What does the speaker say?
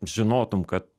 žinotum kad